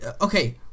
Okay